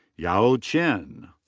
yao chen.